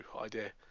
idea